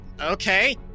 Okay